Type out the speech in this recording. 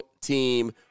team